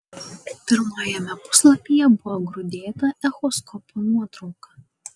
pirmajame puslapyje buvo grūdėta echoskopo nuotrauka